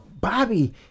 bobby